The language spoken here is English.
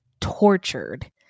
tortured